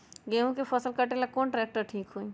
गेहूं के फसल कटेला कौन ट्रैक्टर ठीक होई?